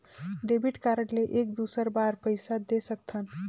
Debit card ले एक दुसर बार पइसा दे सकथन?